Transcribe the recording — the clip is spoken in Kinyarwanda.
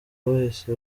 bahise